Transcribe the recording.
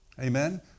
Amen